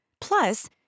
Plus